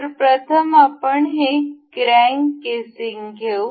तर प्रथम आपण हे क्रॅंक केसिंग घेऊ